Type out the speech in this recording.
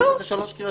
שלוש קריאות.